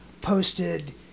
posted